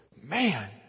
man